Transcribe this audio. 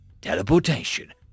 Teleportation